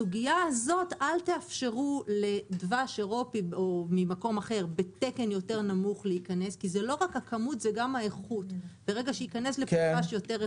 אל תאפשרו לדבש בתקן יותר נמוך להיכנס כי ברגע שייכנס לפה דבש פחות